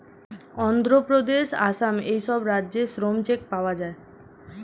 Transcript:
অন্ধ্রপ্রদেশ, আসাম এই সব রাজ্যে শ্রম চেক পাওয়া যায়